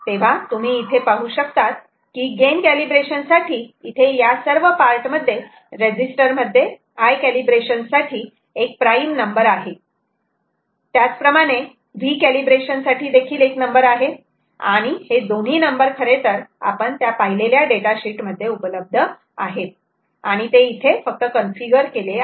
तेव्हा तुम्ही इथे पाहू शकतात की गेन कॅलिब्रेशन साठी इथे या सर्व पार्ट मध्ये या रेजिस्टर मध्ये i कॅलिब्रेशन साठी एक प्राईम नंबर आहे त्याचप्रमाणे v कॅलिब्रेशन साठी देखील एक नंबर आहे आणि हे दोन्ही नंबर खरे तर आपण त्या पाहिलेल्या डेटा शीट मध्ये उपलब्ध आहेत आणि ते इथे कन्फिगर केले आहेत